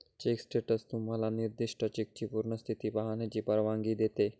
check status तुम्हाला निर्दिष्ट चेकची पूर्ण स्थिती पाहण्याची परवानगी देते